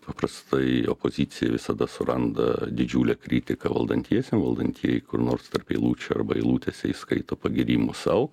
paprastai opozicijai visada suranda didžiulę kritiką valdantiesiem valdantieji kur nors tarp eilučių arba eilutėse įskaito pagyrimus sau